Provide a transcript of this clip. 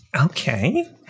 Okay